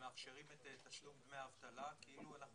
ומאפשרים את תשלום דמי האבטלה כאילו אנחנו